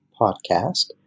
Podcast